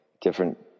different